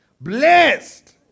Blessed